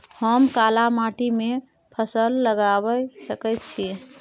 हम काला माटी में कोन फसल लगाबै सकेत छी?